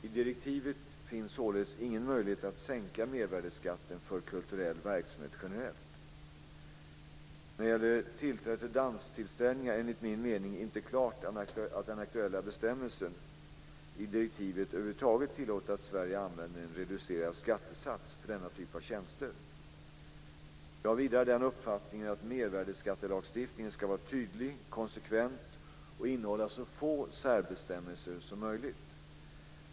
I direktivet finns således ingen möjlighet att sänka mervärdesskatten för kulturell verksamhet generellt. När det gäller tillträde till danstillställningar är det enligt min mening inte klart att den aktuella bestämmelsen i direktivet över huvud taget tillåter att Sverige använder en reducerad skattesats för denna typ av tjänster. Jag har vidare den uppfattningen att mervärdesskattelagstiftningen ska vara tydlig och konsekvent och innehålla så få särbestämmelser som möjligt.